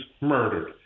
murdered